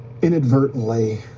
inadvertently